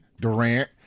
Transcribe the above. Durant